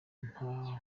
nta